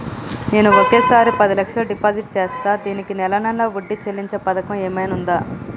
నేను ఒకేసారి పది లక్షలు డిపాజిట్ చేస్తా దీనికి నెల నెల వడ్డీ చెల్లించే పథకం ఏమైనుందా?